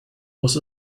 muss